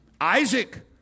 Isaac